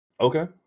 Okay